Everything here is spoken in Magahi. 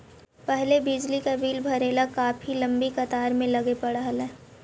पहले बिजली का बिल भरने ला काफी लंबी कतार में लगे पड़अ हलई